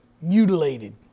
mutilated